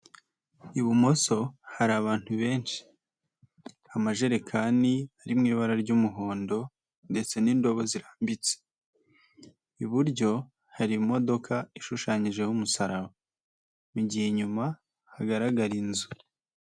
Ibumoso hari abantu benshi, amajerekani ari mu ibara ry'umuhondo ndetse n'indobo zirambitse. Iburyo hari imodoka ishushanyijeho umusaraba. Mu gihe inyuma hagaragara inzu.